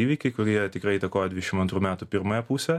įvykiai kurie tikrai įtakojo dvidešimt antrų metų pirmąją pusę